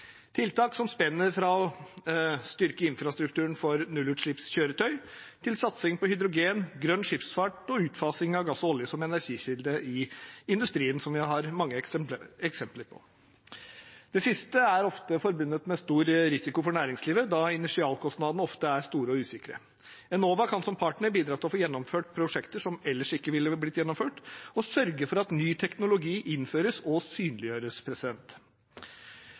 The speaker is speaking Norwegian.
tiltak som spenner fra å styrke infrastrukturen for nullutslippskjøretøy til satsing på hydrogen, grønn skipsfart og utfasing av gass og olje som energikilde i industrien, som vi har mange eksempler på. Det siste er ofte forbundet med stor risiko for næringslivet da initialkostnadene ofte er store og usikre. Enova kan som partner bidra til å få gjennomført prosjekter som ellers ikke ville blitt gjennomført, og sørge for at ny teknologi innføres og synliggjøres.